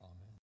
Amen